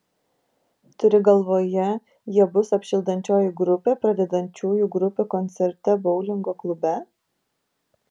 turi galvoje jie bus apšildančioji grupė pradedančiųjų grupių koncerte boulingo klube